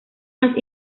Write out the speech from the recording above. más